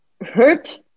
hurt